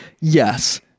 yes